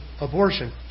abortion